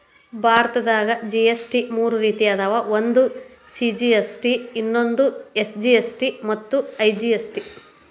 ಭಾರತದಾಗ ಜಿ.ಎಸ್.ಟಿ ಮೂರ ರೇತಿ ಅದಾವ ಒಂದು ಸಿ.ಜಿ.ಎಸ್.ಟಿ ಇನ್ನೊಂದು ಎಸ್.ಜಿ.ಎಸ್.ಟಿ ಮತ್ತ ಐ.ಜಿ.ಎಸ್.ಟಿ